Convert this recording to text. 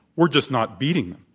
we're just not beating them.